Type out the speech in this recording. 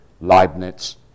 Leibniz